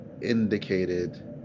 indicated